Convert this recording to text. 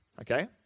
okay